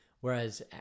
Whereas